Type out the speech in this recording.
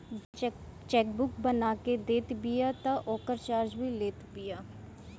bank chequebook बना के देत बिया तअ ओकर चार्ज भी लेत बिया